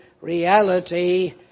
reality